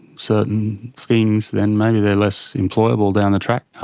certain things then maybe they're less employable down the track.